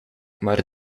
maar